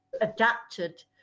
adapted